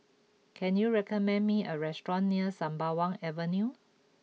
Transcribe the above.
can you recommend me a restaurant near Sembawang Avenue